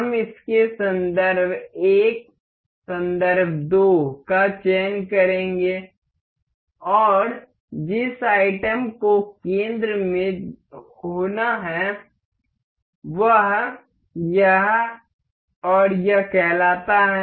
हम इसके संदर्भ 1 संदर्भ 2 का चयन करेंगे और जिस आइटम को केंद्र में होना है वह यह और यह कहता है